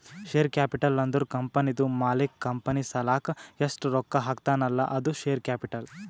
share capital ಅಂದುರ್ ಕಂಪನಿದು ಮಾಲೀಕ್ ಕಂಪನಿ ಸಲಾಕ್ ಎಸ್ಟ್ ರೊಕ್ಕಾ ಹಾಕ್ತಾನ್ ಅಲ್ಲಾ ಅದು ಶೇರ್ ಕ್ಯಾಪಿಟಲ್